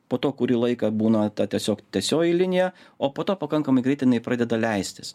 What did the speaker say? po to kurį laiką būna ta tiesiog tiesioji linija o po to pakankamai greitai jinai pradeda leistis